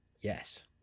yes